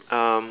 um